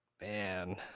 man